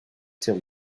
till